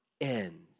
end